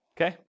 Okay